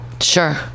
sure